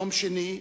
יום שני,